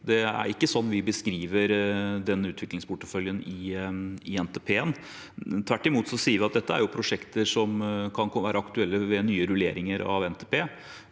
Det er ikke sånn vi beskriver utviklingsporteføljen i NTP. Tvert imot sier vi at dette er prosjekter som kan være aktuelle ved ny rullering av NTP.